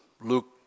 Luke